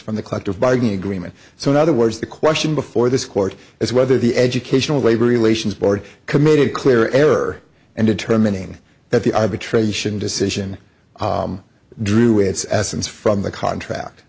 from the collective bargaining agreement so in other words the question before this court is whether the educational labor relations board committed clear error and determining that the arbitration decision drew its essence from the contract